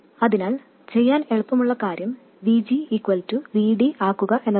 അതിനാൽ ചെയ്യാൻ എളുപ്പമുള്ള കാര്യം VG VD ആക്കുക എന്നതാണ്